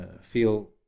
feel